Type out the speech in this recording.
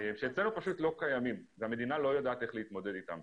שאצלנו פשוט לא קיימים והמדינה לא יודעת איך להתמודד איתם.